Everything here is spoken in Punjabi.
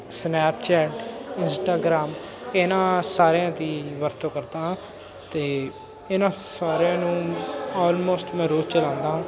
ਸਨੈਪਚੈਟ ਇੰਸਟਾਗਰਾਮ ਇਹਨਾਂ ਸਾਰਿਆਂ ਦੀ ਵਰਤੋਂ ਕਰਦਾ ਹਾਂ ਅਤੇ ਇਹਨਾਂ ਸਾਰਿਆਂ ਨੂੰ ਆਲਮੋਸਟ ਮੈਂ ਰੋਜ਼ ਚਲਾਉਂਦਾ